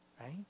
right